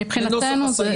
מבחינתנו,